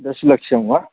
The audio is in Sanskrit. दशलक्षं वा